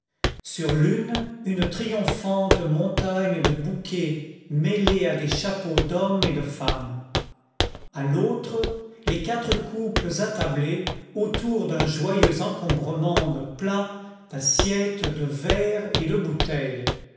sur l'une une triomphante montagne de bouquets mêlés à des chapeaux d'hommes et de femmes à l'autre les quatre couples attablés autour d'un joyeux encombrement de plats d'assiettes de verres et de bouteilles